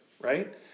right